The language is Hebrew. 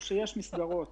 יש מסגרות